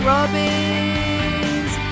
Robbins